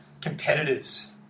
competitors